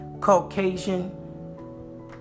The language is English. Caucasian